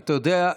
אתה יודע,